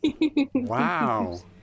Wow